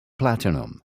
platinum